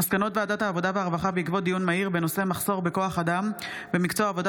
מסקנות ועדת העבודה והרווחה בעקבות דיון מהיר בהצעתם של חברי